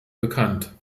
bekannt